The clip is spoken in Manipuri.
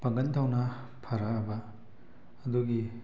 ꯄꯥꯡꯒꯜ ꯊꯧꯅꯥ ꯐꯔꯛꯑꯕ ꯑꯗꯨꯒꯤ